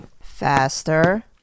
Faster